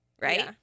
Right